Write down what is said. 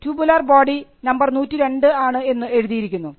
tubular body number 102 ആണ് എന്ന് എഴുതിയിരിക്കുന്നു